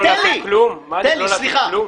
--- סליחה.